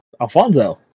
alfonso